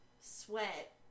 sweat